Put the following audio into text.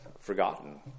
forgotten